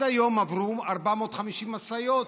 עד היום עברו 450 משאיות.